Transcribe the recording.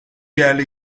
yerli